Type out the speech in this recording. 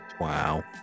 Wow